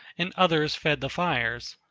and others fed the fires,